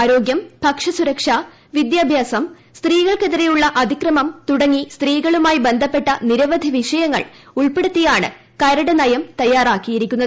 ആരോഗ്യം ഭക്ഷ്യസൂരക്ഷാ വിദ്യാഭ്യാസം സ്ത്രീകൾക്കെതിരെയുള്ള അതിക്രമം തുടങ്ങി സ്ത്രീകളുമായി ബന്ധപ്പെട്ട നിരവധി വിഷയങ്ങൾ ഉൾപ്പെടുത്തിയാണ് കരട് നയം തയ്യാറാക്കിയിരിക്കുന്നത്